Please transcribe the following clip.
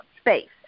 space